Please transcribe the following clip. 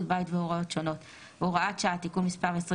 בית והוראות שונות)(הוראת שעה)(תיקון מס' 21),